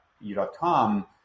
U.com